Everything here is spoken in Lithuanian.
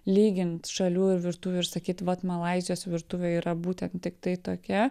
lygint šalių ir virtuvių ir sakyt vat malaizijos virtuvė yra būtent tiktai tokia